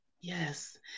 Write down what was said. yes